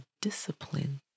discipline